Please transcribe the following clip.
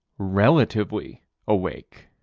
relatively awake.